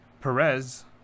Perez